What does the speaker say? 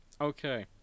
Okay